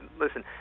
listen